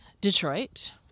Detroit